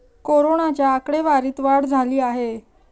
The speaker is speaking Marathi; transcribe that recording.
कोरोनाच्या आकडेवारीत वाढ झाली आहे